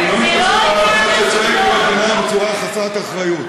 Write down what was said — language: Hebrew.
אני לא מתנצל כשצועקים עלי בצורה חסרת אחריות.